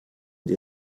die